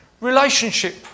relationship